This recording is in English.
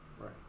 Right